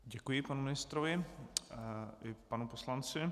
Děkuji panu ministrovi i panu poslanci.